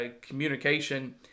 communication